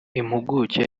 impuguke